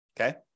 Okay